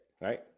right